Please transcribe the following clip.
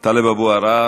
חבר הכנסת טלב אבו עראר